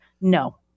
No